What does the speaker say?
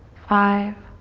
five,